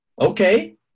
Okay